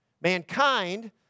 Mankind